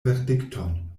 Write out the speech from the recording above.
verdikton